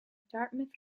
dartmouth